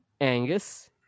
Angus